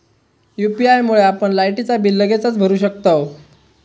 UPI मुळे आपण लायटीचा बिल लगेचच भरू शकतंव